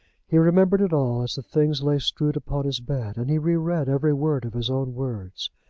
he remembered it all as the things lay strewed upon his bed. and he re-read every word of his own words.